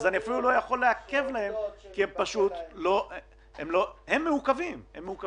אז אני אפילו לא יכול לעכב להם כי הם מעוכבים בעצמם,